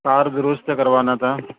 کار درست کروانا تھا